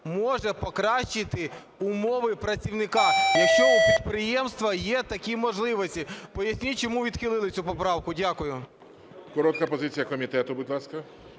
може покращити умови працівника, якщо у підприємства є такі можливості. Поясніть, чому відхилили цю поправку. Дякую. ГОЛОВУЮЧИЙ. Коротка позиція комітету, будь ласка,